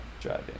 Driving